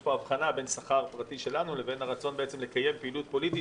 שיש פה הבחנה בין השכר הפרטי שלנו לבין הרצון לקיים פעילות פוליטית,